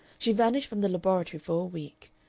she vanished from the laboratory for a week,